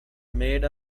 made